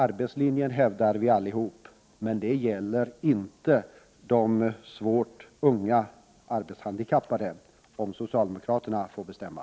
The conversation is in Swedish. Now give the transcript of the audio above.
Arbetslinjen hävdar vi alla, men det gäller inte de svårt handikappade ungdomarna, om socialdemokraterna får bestämma.